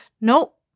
Nope